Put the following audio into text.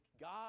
God